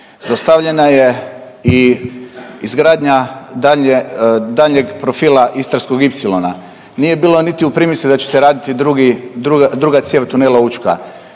Zaustavljena je i izgradnja daljnje, daljnjeg profila istarskog ipsilona. Nije bilo niti u primisli da će se raditi drugi, druga cijev tunela Učka.